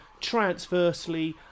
Transversely